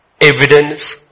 evidence